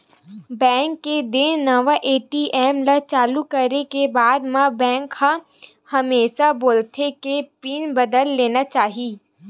bank के देय नवा ए.टी.एम ल चालू करे के बाद म बेंक ह हमेसा बोलथे के पिन बदल लेना चाही